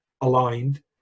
aligned